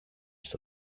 στο